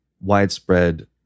widespread